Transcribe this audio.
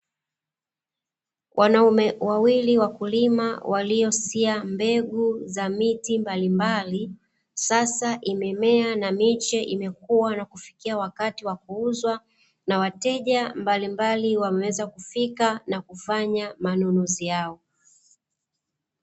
Wanaume wawili wakulima waliosia mbegu za miti mbalimbali, sasa imemea na miche imekua na kufika wakati wa kuuzwa, na wateja mbalimbali wameweza kufika na kufanya manunuzi yao.